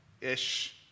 ish